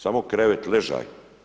Samo krevet, ležaj.